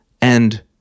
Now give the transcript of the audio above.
and-